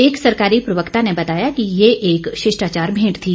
एक सरकारी प्रवक्ता ने बताया कि ये एक शिष्टाचार भेंट थी